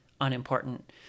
unimportant